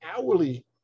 hourly